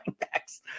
backs